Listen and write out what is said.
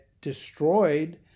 destroyed